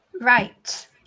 Right